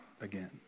again